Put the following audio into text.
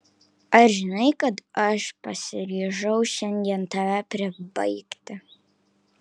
ar žinai kad aš pasiryžau šiandien tave pribaigti